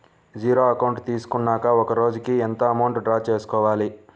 Zero account తీసుకున్నాక ఒక రోజుకి ఎంత అమౌంట్ డ్రా చేసుకోవాలి?